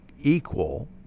equal